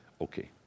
okay